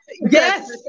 Yes